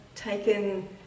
taken